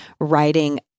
writing